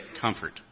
comfort